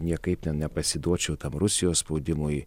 niekaip ten nepasiduočiau tam rusijos spaudimui